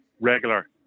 regular